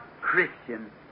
Christian